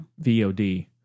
VOD